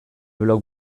blog